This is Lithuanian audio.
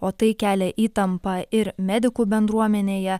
o tai kelia įtampą ir medikų bendruomenėje